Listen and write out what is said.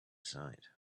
sight